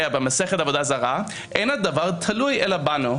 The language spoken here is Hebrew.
במסכת עבודה זרה אין הדבר תלוי אלא בנו.